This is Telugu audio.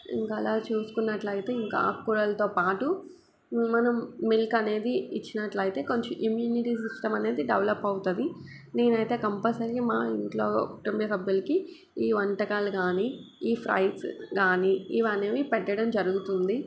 ఇంక అలా చూసుకున్నట్లయితే ఇంక ఆకుకూరలతో పాటు మనం మిల్క్ అనేది ఇచ్చినట్లయితే కొంచెం ఇమ్యూనిటీ సిస్టమ్ అనేది డెవలప్ అవుతుంది నేనైతే కంపల్సరీ మా ఇంట్లో కుటుంబసభ్యులకి ఈ వంటకాలు కానీ ఈ ఫ్రైస్ కానీ ఇవి అనేవి పెట్టడం జరుగుతుంది